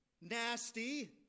nasty